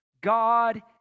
God